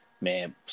Man